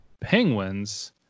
penguins